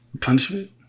punishment